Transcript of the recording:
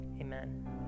Amen